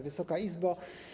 Wysoka Izbo!